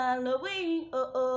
Halloween